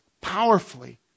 powerfully